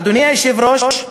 אדוני היושב-ראש,